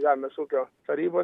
žemės ūkio tarybos